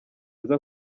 aza